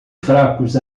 fracos